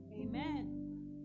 Amen